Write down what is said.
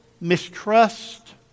mistrust